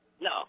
No